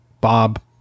Bob